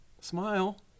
Smile